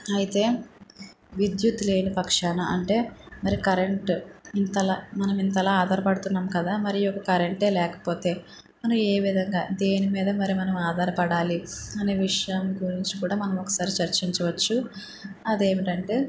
అయితే విద్యుత్ లేని పక్షాన అంటే మరి కరెంట్ ఇంతలా మనం ఇంతలా ఆధారపడుతున్నాం కదా మరి ఈ యొక్క కరెంటే లేకపోతే మనం ఏ విధంగా దేనిమీద మనం ఆధారపడాలి అనే విషయం గురించి కూడా మనం ఒకసారి చర్చించవచ్చు అదేమిటంటే